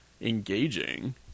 engaging